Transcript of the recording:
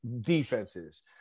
defenses